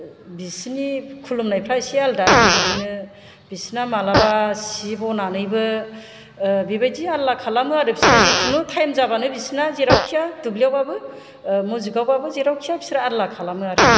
बिसोरनि खुलुमनायफ्रा एसे आलदा बिदिनो बिसोरना माब्लाबा जि बनानैबो बेबायदि आलला खालामो आरो बिसोरो जिखुनु टाइम जाब्लानो बिसना जेरावखिजाया दुब्लियावबाबो मजिदावबाबो जेरावखि जाया आलला खालामो आरो